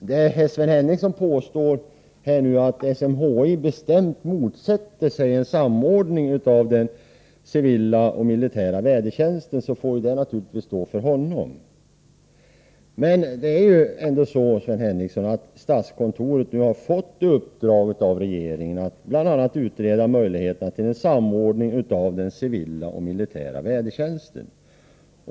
När Sven Henricsson påstår att SMHI bestämt motsätter sig en samordning av den civila och militära vädertjänsten, får det naturligtvis stå för honom. Men, Sven Henricsson, statskontoret har fått uppdraget av regeringen att bl.a. utreda möjligheterna till en samordning av den civila och den militära vädertjänsten.